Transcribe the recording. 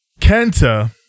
Kenta